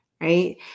right